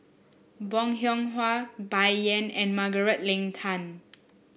Bong Hiong Hwa Bai Yan and Margaret Leng Tan